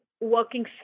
working